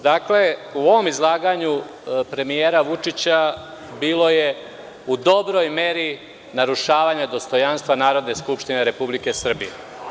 Dakle, u ovom izlaganju premijera Vučića bilo je u dobroj meri narušavanje dostojanstva Narodne skupštine Republike Srbije.